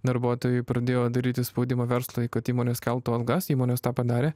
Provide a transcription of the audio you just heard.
darbuotojai pradėjo daryti spaudimą verslui kad įmonės keltų algas įmonės tą padarė